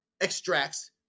extracts